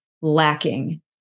lacking